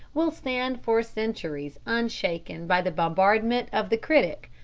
will stand for centuries unshaken by the bombardment of the critic,